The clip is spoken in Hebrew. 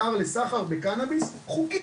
אתר לסחר בקנאביס חוקי,